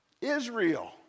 Israel